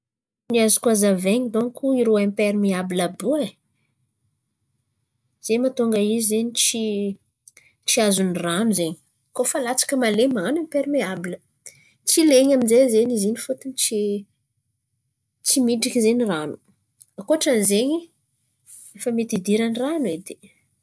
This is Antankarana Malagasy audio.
n̈y azoko hazavain̈y dônko rô impermeabla àby io ai. Zen̈y mahatônga izy zen̈y tsy azon̈y ran̈o zen̈y. Kôa fa latsaka mahalen̈y man̈ano impermeabla tsy len̈y amin'zay zen̈y izy fôton̈y tsy tsy tsy mifdriky rano. Ankôtran'zen̈y mety hidiran̈y ran̈o edy.